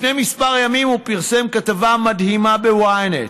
לפני כמה ימים הוא פרסם כתבה מדהימה ב-ynet,